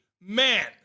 man